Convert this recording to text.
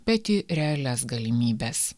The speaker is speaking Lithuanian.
bet į realias galimybes